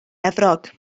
efrog